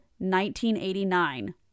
1989